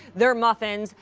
their muffins.